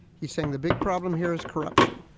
he's saying the big problem here is corruption.